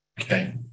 Okay